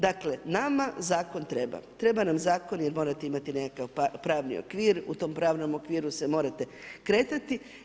Dakle nama zakon treba, treba nam zakon jer morate imati nekakav pravni okvir, u tom pravnom okviru se morate kretati.